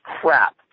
crap